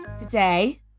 today